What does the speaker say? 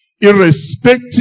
irrespective